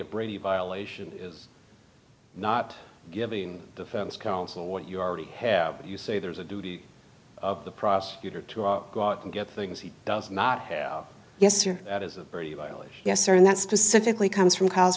a brady violation is not giving defense counsel what you already have you say there's a duty of the prosecutor to go out and get things he does not have yes or that is a pretty violent yes or in that specifically comes from c